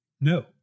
No